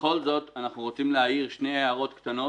בכל זאת, אנחנו רוצים להעיר שתי הערות קטנות.